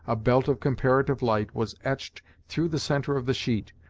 a belt of comparative light was etched through the centre of the sheet,